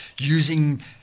using